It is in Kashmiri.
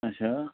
اچھا